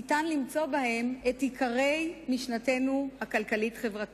ניתן למצוא בהם את עיקרי משנתנו הכלכלית-החברתית.